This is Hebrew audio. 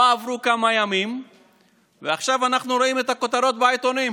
לא עברו כמה ימים ועכשיו אנחנו רואים את הכותרות בעיתונים.